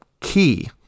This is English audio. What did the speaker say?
key